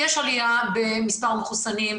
אנחנו רואים עלייה במספר המחוסנים.